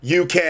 UK